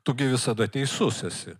tu gi visada teisus esi